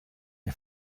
ihr